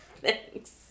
Thanks